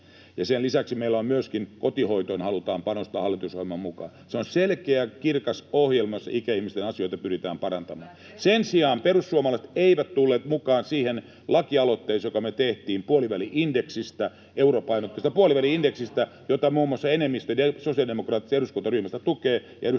Sen lisäksi meillä myöskin kotihoitoon halutaan panostaa hallitusohjelman mukaan. Se on selkeä, kirkas ohjelma, jossa ikäihmisten asioita pyritään parantamaan. Sen sijaan perussuomalaiset eivät tulleet mukaan siihen lakialoitteeseen, joka me tehtiin puoliväli-indeksistä, europainotteisesta puoliväli-indeksistä, [Leena Meri: Meillä on ollut oma lakialoite!] jota muun muassa enemmistö sosiaalidemokraattien eduskuntaryhmästä tukee ja jonka muun muassa